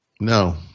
no